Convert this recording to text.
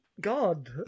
God